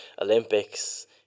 Olympics